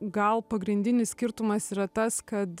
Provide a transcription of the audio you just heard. gal pagrindinis skirtumas yra tas kad